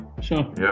sure